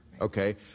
Okay